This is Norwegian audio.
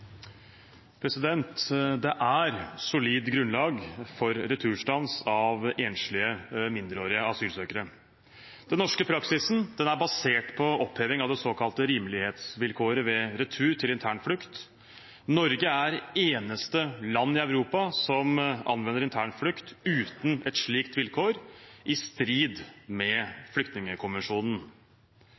Det er solid grunnlag for returstans av enslige mindreårige asylsøkere. Den norske praksisen er basert på oppheving av det såkalte rimelighetsvilkåret ved retur til internflukt. Norge er det eneste landet i Europa som anvender internflukt uten et slikt vilkår, i strid med flyktningkonvensjonen.